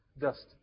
Dust